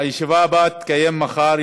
הישיבה הבאה תתקיים מחר,